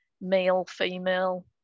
male-female